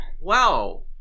Wow